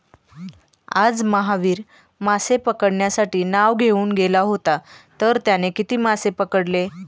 आज महावीर मासे पकडण्यासाठी नाव घेऊन गेला होता तर त्याने किती मासे पकडले?